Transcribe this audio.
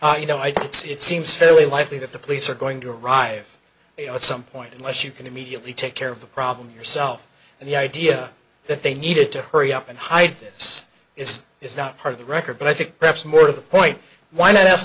five you know i don't see it seems fairly likely that the police are going to arrive at some point unless you can immediately take care of the problem yourself and the idea that they needed to hurry up and hide this is is not part of the record but i think perhaps more to the point why not ask